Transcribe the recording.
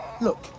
Look